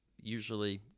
usually